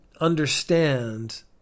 understand